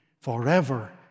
forever